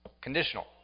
conditional